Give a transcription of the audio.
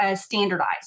standardized